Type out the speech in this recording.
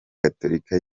gatolika